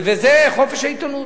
זה חופש העיתונות.